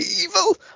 evil